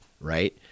Right